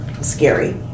scary